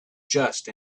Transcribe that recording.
just